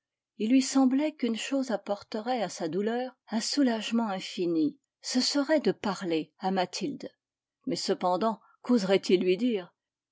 il lui semblait qu'une chose apporterait à sa douleur un soulagement infini ce serait de parler à mathilde mais cependant quoserait il lui dire